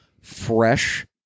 fresh